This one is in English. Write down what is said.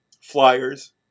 flyers